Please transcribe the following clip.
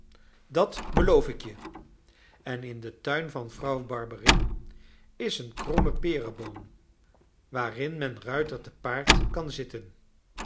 dat beloof ik je en in den tuin van vrouw barberin is een kromme pereboom waarin men ruiter te paard kan zitten